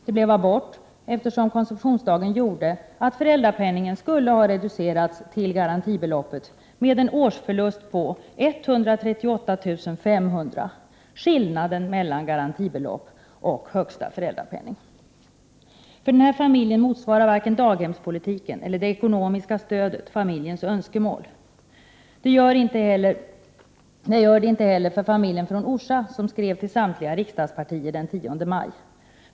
Det blev abort, eftersom konceptionsdagen gjorde att föräldrapenningen skulle ha reducerats till garantibeloppet med en årsförlust på 138 500 kr. — skillnaden mellan garantibelopp och högsta föräldrapenning. För denna familj motsvarar varken daghemspolitiken eller det ekonomiska stödet familjens önskemål. Det gör det inte heller för familjen från Orsa som skrev till samtliga riksdagspartier den 10 maj.